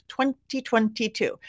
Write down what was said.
2022